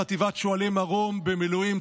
חטיבת שועלי מרום במילואים,